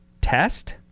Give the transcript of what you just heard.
test